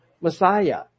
Messiah